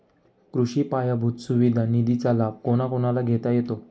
कृषी पायाभूत सुविधा निधीचा लाभ कोणाकोणाला घेता येतो?